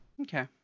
Okay